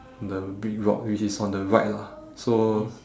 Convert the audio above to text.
the big rock which is on the right lah so